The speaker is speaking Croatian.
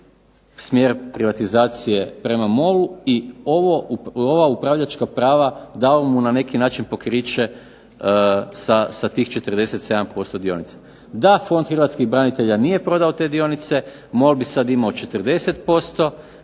smjer privatizacije prema MOL-u i ova upravljačka prava dao mu na neki način pokriće sa tih 47% dionica. Da Fond hrvatskih branitelja nije prodao te dionice MOL bi sada imao 40%,